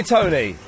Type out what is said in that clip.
Tony